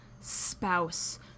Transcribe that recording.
spouse